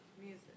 Music